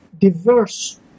diverse